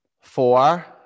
four